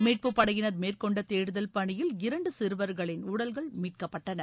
மீட்புப் படையினர் மேற்கொண்ட தேடுதல் பணியில் இரண்டு சிறுவர்களின் உடல்கள் மீட்கப்பட்டன